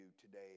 today